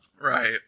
Right